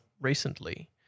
recently